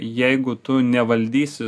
jeigu tu nevaldysi